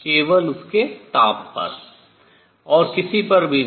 केवल इसके ताप T पर और किसी पर भी नहीं